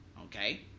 okay